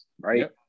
right